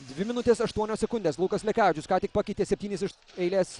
dvi minutės aštuonios sekundės lukas lekavičius ką tik pakeitė septynis iš eiles